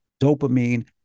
dopamine